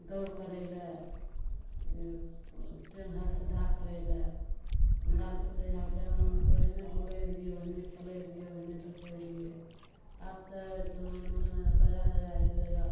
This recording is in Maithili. दौड़ करै लए टेङ्गा सीधा करै लए हमरा आरके तहिया जमानामे तऽ ओहने बोलै रहियै ओहने खेलै रहियै ओहने धूपै रहियै आब तऽ जमानामे नया नया अयलैए